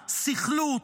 סכלות,